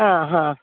ആ ഹാ